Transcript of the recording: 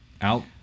out